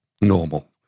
normal